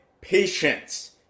patience